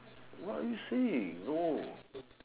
what are you saying no